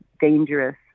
dangerous